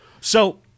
So-